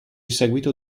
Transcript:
seguito